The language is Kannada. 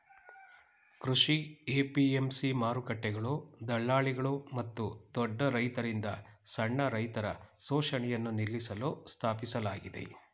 ಕೃಷಿ ಎ.ಪಿ.ಎಂ.ಸಿ ಮಾರುಕಟ್ಟೆಗಳು ದಳ್ಳಾಳಿಗಳು ಮತ್ತು ದೊಡ್ಡ ರೈತರಿಂದ ಸಣ್ಣ ರೈತರ ಶೋಷಣೆಯನ್ನು ನಿಲ್ಲಿಸಲು ಸ್ಥಾಪಿಸಲಾಗಿದೆ